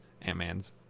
Ant-Man's